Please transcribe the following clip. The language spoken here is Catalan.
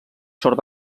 sort